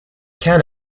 can